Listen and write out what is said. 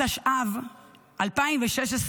התשע"ו 2016,